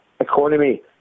economy